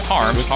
Harms